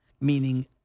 meaning